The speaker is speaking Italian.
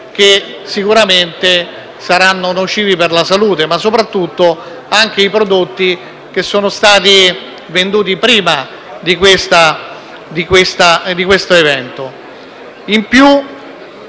che sicuramente sono nocivi per la salute e, soprattutto, i prodotti che sono stati venduti prima di questo evento.